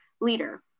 leader